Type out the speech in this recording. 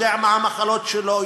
יודע מה המחלות שלו,